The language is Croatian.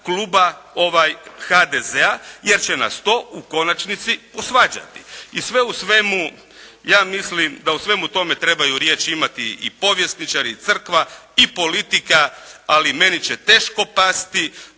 Kluba HDZ-a, jer će nas to u konačnici posvađati. I sve u svemu, ja mislim da u svemu tome trebaju imati i povjesničari i Crkva i politika. Ali meni će teško pasti